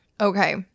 Okay